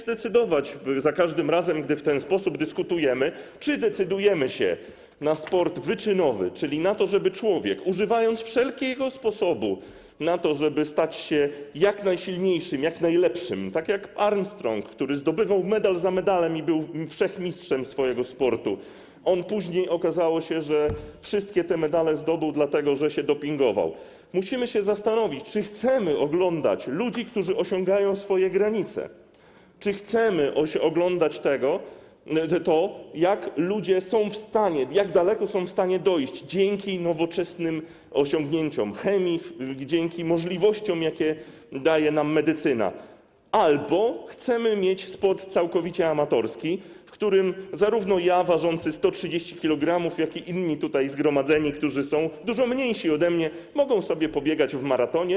I za każdym razem, gdy w ten sposób dyskutujemy, musimy się zastanowić, czy decydujemy się na sport wyczynowy, czyli na to, żeby człowiek używał wszelkiego sposobu, żeby stać się jak najsilniejszym, jak najlepszym - tak jak Armstrong, który zdobywał medal za medalem i był wszechmistrzem swojego sportu, a później okazało się, że on wszystkie te medale zdobył dlatego, że się dopingował - musimy się zastanowić, czy chcemy oglądać ludzi, którzy osiągają swoje granice, czy chcemy oglądać to, jak daleko ludzie są w stanie dojść dzięki nowoczesnym osiągnięciom chemii, dzięki możliwościom, jakie daje nam medycyna, czy chcemy mieć sport całkowicie amatorski, w ramach którego zarówno ja, ważący 130 kg, jak i inni tutaj zgromadzeni, którzy są dużo mniejsi ode mnie, możemy sobie pobiegać w maratonie.